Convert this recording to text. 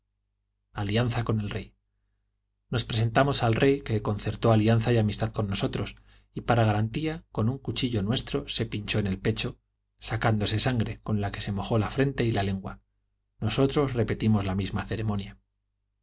alianza con el rey nos presentamos al rey que concertó alianza y amistad con nosotros y para garantía con un cuchillo nuestro se pinchó en el pecho sacándose sangre con la que se mojó la frente y la lengua nosotros repetimos la misma ceremonia